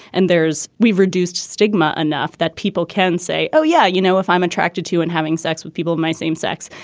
and there's we've reduced stigma enough that people can say, oh, yeah, you know, if i'm attracted to and having sex with people of my same sex,